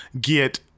get